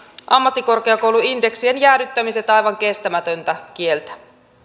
ammattikorkeakouluindeksien jäädyttämiset aivan kestämätöntä kieltä